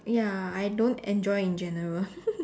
ya I don't enjoy in general